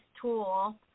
tool